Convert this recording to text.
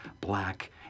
black